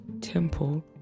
temple